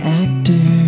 actor